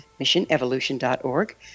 MissionEvolution.org